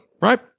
right